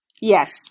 Yes